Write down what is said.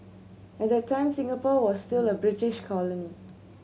at that time Singapore was still a British colony